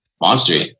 monster